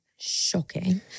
Shocking